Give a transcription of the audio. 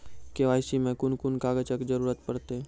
KYC मे कून कून कागजक जरूरत परतै?